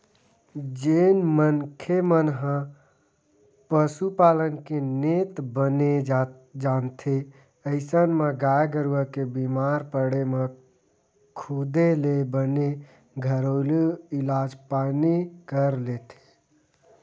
जेन मनखे मन ह पसुपालन के नेत बने जानथे अइसन म गाय गरुवा के बीमार पड़े म खुदे ले बने घरेलू इलाज पानी कर लेथे